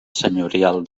senyorial